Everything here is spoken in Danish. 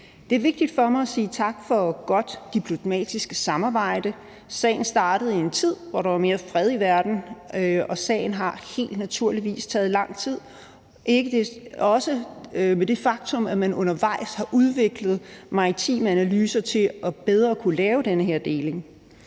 Det er vigtigt for mig at sige tak for godt diplomatisk samarbejde. Sagen startede i en tid, hvor der var mere fred i verden, og sagen har naturligvis taget lang tid, også på grund af det faktum, at man undervejs har udviklet maritime analyser til bedre at kunne lave den her deling.